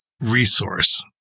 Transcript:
resource